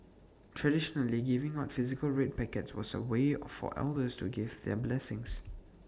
traditionally giving out physical red packets was A way for elders to give their blessings